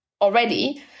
already